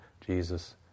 Jesus